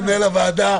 למנהל הוועדה,